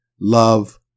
love